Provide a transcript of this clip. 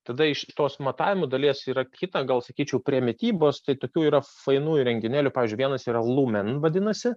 tada iš tos matavimo dalies yra kita gal sakyčiau prie mitybos tai tokių yra fainų įrenginėlių pavyzdžiui vienas yra lumen vadinasi